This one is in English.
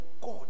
God